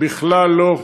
בכלל לא,